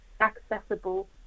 accessible